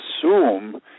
assume